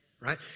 right